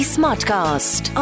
Smartcast